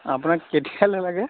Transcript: আপোনাক কেতিয়ালে লাগে